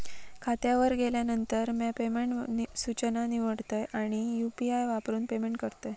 खात्यावर गेल्यानंतर, म्या पेमेंट सूचना निवडतय आणि यू.पी.आई वापरून पेमेंट करतय